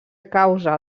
causa